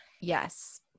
Yes